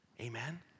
Amen